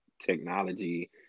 technology